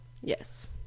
yes